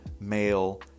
male